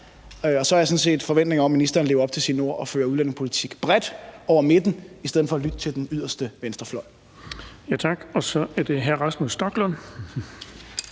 Og så har jeg sådan set forventningen om, at ministeren lever op til sine ord og fører udlændingepolitik bredt over midten i stedet for at lytte til den yderste venstrefløj. Kl. 13:30 Den fg. formand (Erling